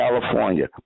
California